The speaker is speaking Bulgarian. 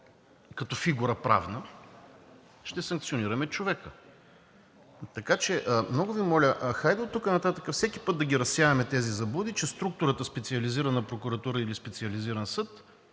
като правна фигура – ще санкционираме човека. Много Ви моля, хайде оттук нататък всеки път да ги разсяваме тези заблуди, че структурата – Специализираната прокуратура или Специализираният